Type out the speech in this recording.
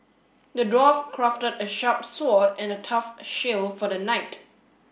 the dwarf crafted a sharp sword and a tough shield for the knight